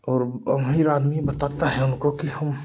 और अमीर आदमी बताता है उनको कि हम